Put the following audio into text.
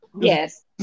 Yes